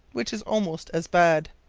which is almost as bad.